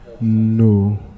no